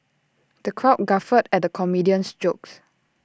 the crowd guffawed at the comedian's jokes